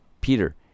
Peter